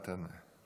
אל תענה.